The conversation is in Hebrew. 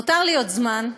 נותר לי עוד זמן,